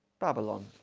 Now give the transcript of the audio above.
Babylon